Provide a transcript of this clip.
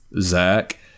Zach